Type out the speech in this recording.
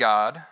God